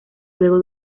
luego